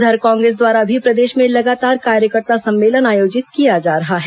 उधर कांग्रेस द्वारा भी प्रदेश में लगातार कार्यकर्ता सम्मेलन आयोजित किया जा रहा है